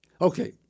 Okay